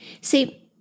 See